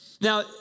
Now